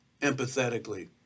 empathetically